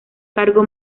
cargo